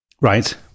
Right